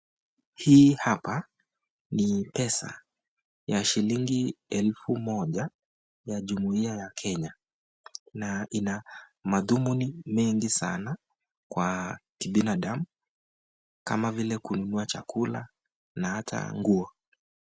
Hii hapa ni pesa ya shilingi elfu moja ya jumuhia ya Kenya na ina mathununi mengi sana kwa kibinadamu kama vile kununua chakula na hata nguo.